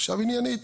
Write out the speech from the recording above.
עכשיו, עניינית.